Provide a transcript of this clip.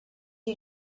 you